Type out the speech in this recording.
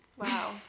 Wow